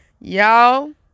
y'all